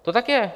To tak je.